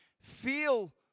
feel